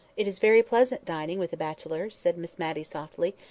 it is very pleasant dining with a bachelor, said miss matty softly,